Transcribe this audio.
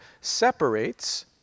separates